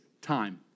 time